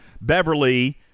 beverly